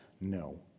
no